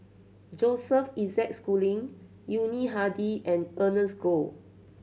Joseph Isaac Schooling Yuni Hadi and Ernest Goh